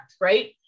right